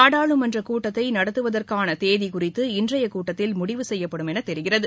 நாடாளுமன்ற கூட்டத்தை நடத்துவதற்னன தேதி குறித்து இன்றைய கூட்டத்தில் முடிவு செய்யப்படும் என்று தெரிகிறது